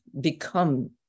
become